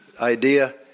idea